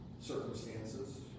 circumstances